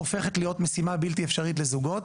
הופכת להיות משימה בלתי אפשרית לזוגות.